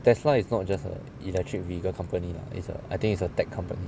Tesla it's not just a electric vehicle company lah it's a I think it's a technology company